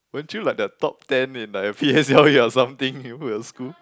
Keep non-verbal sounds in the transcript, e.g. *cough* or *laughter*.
weren't you like the top ten in the p_s_l_e *laughs* or something school